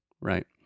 right